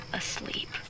asleep